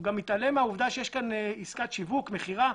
הוא גם מתעלם מכך שיש כאן עסקת שיווק, מכירה.